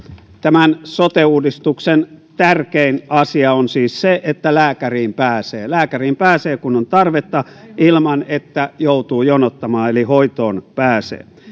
tämän sote uudistuksen tärkein asia on siis se että lääkäriin pääsee lääkäriin pääsee kun on tarvetta ilman että joutuu jonottamaan eli hoitoon pääsee